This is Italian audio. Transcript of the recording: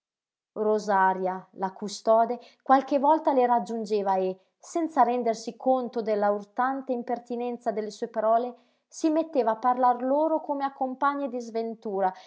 rosaria la custode qualche volta le raggiungeva e senza rendersi conto della urtante impertinenza delle sue parole si metteva a parlar loro come a compagne di sventura